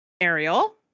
ariel